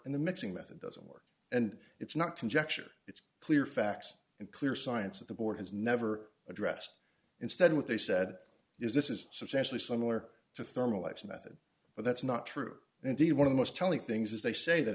and the mixing method doesn't work and it's not conjecture it's clear facts and clear science of the board has never addressed instead what they said is this is substantially similar to thermal ice method but that's not true and indeed one of the most telling things is they say that